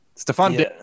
Stefan